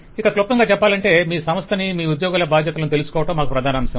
ఇక క్లుప్తంగా చెప్పాలంటే మీ సంస్థని మీ ఉద్యోగుల బాధ్యతలను తెలుసుకోవడం మాకు ప్రధానాంశం